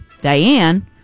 Diane